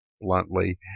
bluntly